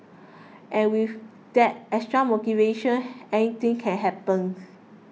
and with that extra motivation anything can happen